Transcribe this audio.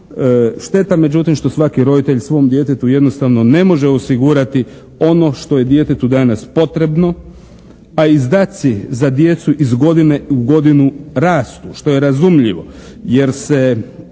Šteta međutim što svaki roditelj svom djetetu jednostavno ne može osigurati ono što je djetetu danas potrebno, a izdaci za djecu iz godine u godinu rastu što je razumljivo jer se